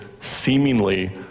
seemingly